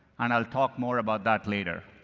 and i'll talk more about that later.